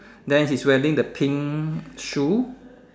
then she's wearing the pink shoe